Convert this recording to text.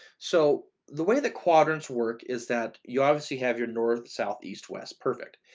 so the way the quadrants work is that you obviously have your north, south, east, west perfect.